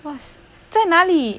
!wah! 在哪里